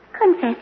Confess